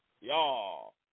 y'all